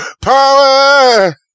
power